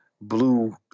blue